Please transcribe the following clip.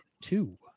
two